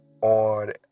on